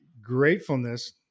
gratefulness